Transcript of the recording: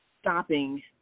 stopping